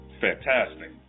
fantastic